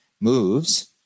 moves